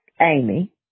Amy